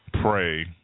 pray